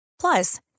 Plus